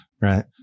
Right